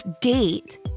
date